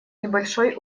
небольшой